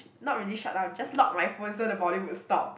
not really shut down just lock my phone so the volume will stop